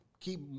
keep